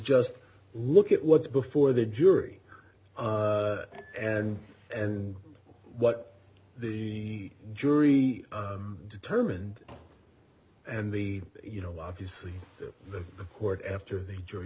just look at what's before the jury and what the jury determined and the you know obviously the court after the jury